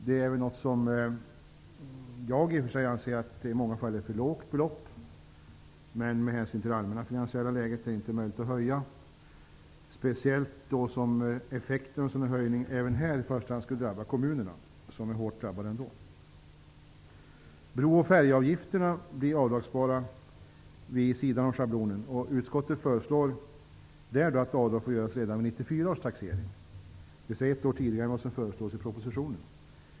Jag anser i och för sig att detta är ett i många fall för lågt belopp, men med hänsyn till det allmänna finansiella läget är det inte möjligt att höja, speciellt med tanke på att effekten av en höjning även i detta fall i första hand skulle drabba kommunerna, som är hårt drabbade ändå. Bro och färjeavgifterna får dras av vid sidan av schablonen. Utskottet föreslår att avdrag får göras redan vid 1994 års taxering, dvs. ett år tidigare än vad som föreslås i propositionen.